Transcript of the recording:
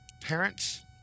Parents